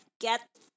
get